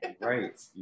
right